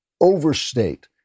overstate